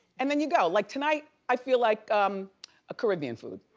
and then you go. like tonight, i feel like a caribbean food.